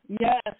yes